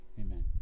Amen